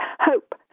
Hope